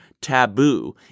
taboo